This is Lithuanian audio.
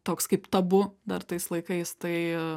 toks kaip tabu dar tais laikais tai